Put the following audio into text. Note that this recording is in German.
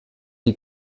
die